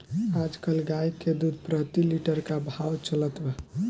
आज कल गाय के दूध प्रति लीटर का भाव चलत बा?